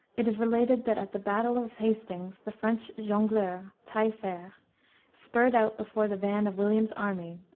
it is related that at the battle of hastings the french jongleur, taillefer, spurred out before the van of william's army,